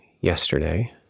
yesterday